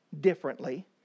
differently